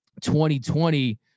2020